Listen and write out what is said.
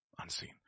unseen